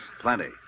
Plenty